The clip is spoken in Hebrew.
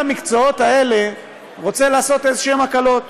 למקצועות האלה רוצה לעשות איזשהן הקלות.